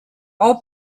all